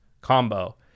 combo